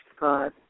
God